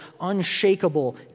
unshakable